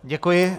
Děkuji.